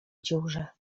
dziurze